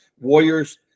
warriors